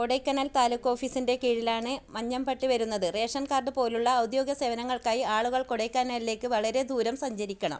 കൊടൈക്കനാൽ താലൂക്ക് ഓഫീസിൻ്റെ കീഴിലാണ് മഞ്ഞംപട്ടി വരുന്നത് റേഷൻ കാർഡ് പോലുള്ള ഔദ്യോഗിക സേവനങ്ങൾക്കായി ആളുകൾ കൊടൈക്കനാലിലേക്ക് വളരെ ദൂരം സഞ്ചരിക്കണം